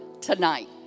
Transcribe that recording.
tonight